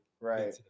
right